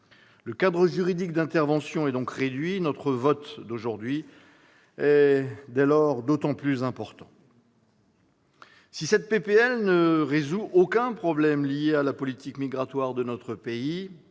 Le cadre juridique d'intervention est donc réduit, et notre vote d'aujourd'hui est d'autant plus important. Si cette proposition de loi ne résout aucun problème lié à la politique migratoire de notre pays,